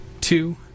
Two